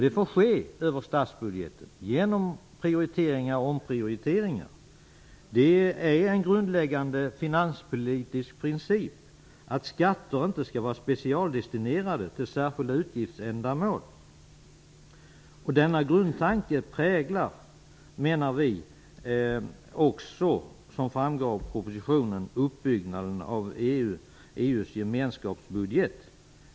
Det får ske över statsbudgeten genom prioriteringar och omprioriteringar. Det är en grundläggande finanspolitisk princip att skatter inte skall vara specialdestinerade till särskilda utgiftsändamål. Denna grundtanke präglar enligt vår mening också, som framgår av propositionen, uppbyggnaden av EU:s gemenskapsbudget.